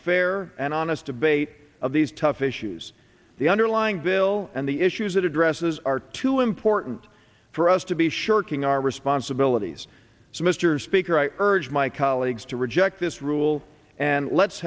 fair and honest debate of these tough issues the underlying bill and the issues it addresses are too important for us to be shirking our responsibilities so mr speaker i urge my colleagues to reject this rule and let's